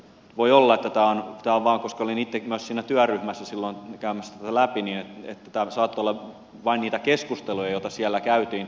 voi olla koska olin itse myös siinä työryhmässä silloin käymässä tätä läpi että tämä saattoi olla vain niitä keskusteluja joita siellä käytiin